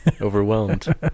overwhelmed